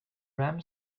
ram